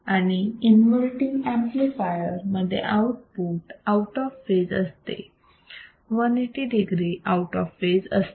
आणि inverting amplifier मध्ये output out of phase असते 180 degree आऊट ऑफ फेज असते